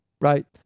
right